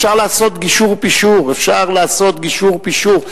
אפשר לעשות גישור ופישור, אפשר לעשות גישור-פישור.